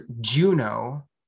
Juno